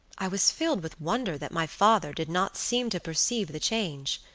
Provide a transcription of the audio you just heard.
i was filled with wonder that my father did not seem to perceive the change,